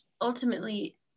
ultimately